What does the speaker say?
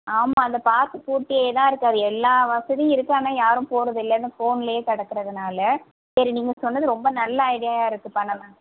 ஆமாம் அந்த பார்க் பூட்டியே தான் இருக்குது அது எல்லா வசதியும் இருக்குது ஆனால் யாரும் போகிறது இல்லைன்னு ஃபோன்லேயே கிடக்கறதுனால சரி நீங்கள் சொன்னது ரொம்ப நல்ல ஐடியா இருக்குது பண்ணலாம்